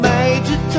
Major